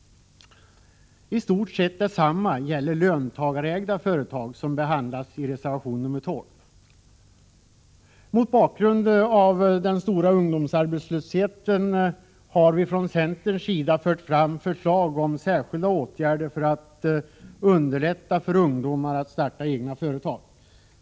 I stort sett detsamma gäller för löntagarägda företag, som behandlas i reservation 12. Mot bakgrund av den stora ungdomsarbetslösheten har vi från centerns sida fört fram förslag om särskilda åtgärder för att underlätta för ungdomar att starta egna företag.